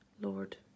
Lord